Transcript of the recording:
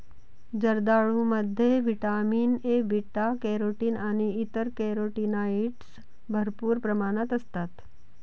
जर्दाळूमध्ये vitamin A, beta carotene आणि इतर कॅरोटीनॉइड्स भरपूर प्रमाणात असतात